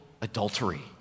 adultery